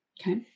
Okay